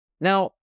Now